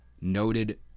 noted